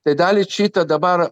tai dalį šitą dabar